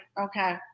okay